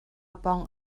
pawng